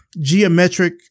geometric